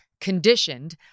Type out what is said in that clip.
conditioned